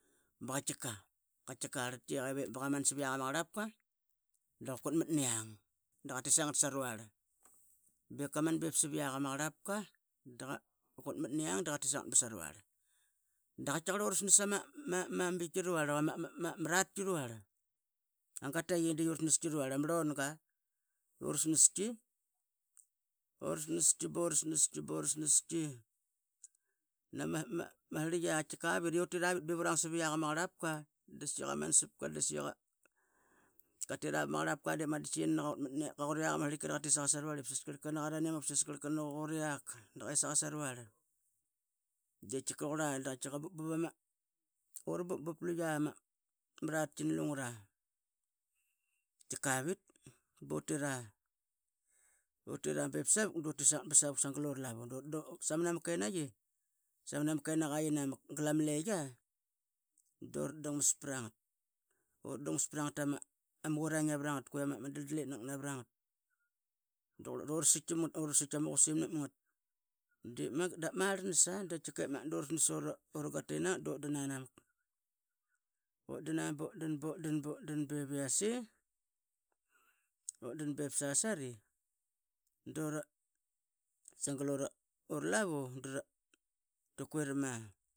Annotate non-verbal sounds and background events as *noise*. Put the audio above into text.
Baqatkiqa ba rlatki ip qa man sap iaq ama qrlap qa da qa qutmat niang da qa tit sangat saruarl bi qa man sap iak ama qrlap qa da qa qutmat niang da tit sangat basa rural. Da qatkiqarl ura snas ama ratqi *unintelligible* ura snas qi bura snas qi bura snas qi nama sirlitk tkiqavit ivu rang sa viak ama qrlap qa di saiyi qa mansap qa da tira pa ma qrlap qa ip ba qa qut iuk ama sirlitka da qa mit saqa saruarl. Saiyi nani qa ranimaq ip sasqarl qa qut iak da qet saga saruarl da tkiqa rauqurla da tkiqa ura bupbup luia marat qi lungra. Tkiqavit bu tira utira dip savuk *unintelligible* sagal ura lavu samna ma kenaiqi samna kenaqa iyinamak galama leyi bur ra dangmas pra ngat tama *unintelligible* daldalinaq navrangat di ra sitksitk tama qusim nap ngat da ma rlasnas a. Ura snas ura gataiqi nangat dutdan anamak butdoin a butdan butdan utdan dep sasari sagal ura lavu ta quirama.